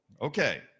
Okay